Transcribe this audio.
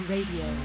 Radio